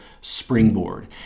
springboard